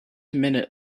minute